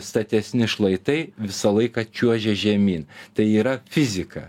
statesni šlaitai visą laiką čiuožia žemyn tai yra fizika